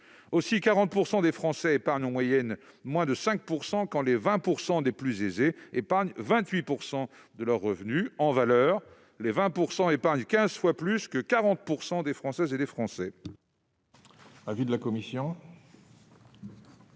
Aussi, 40 % des Français épargnent en moyenne moins de 5 %, quand les 20 % des plus aisés épargnent 28 % de leurs revenus. En valeur, les 20 % épargnent quinze fois plus que 40 % des Françaises et des Français.